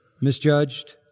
misjudged